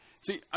See